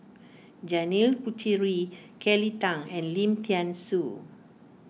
Janil Puthucheary Kelly Tang and Lim thean Soo